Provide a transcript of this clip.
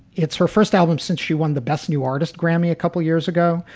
it's her first album since she won the best new artist grammy a couple of years ago.